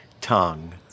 tongue